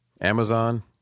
Amazon